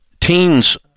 teens